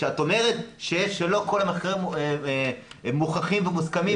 כשאת אומרת שלא כל המחקרים מוכחים ומוסכמים,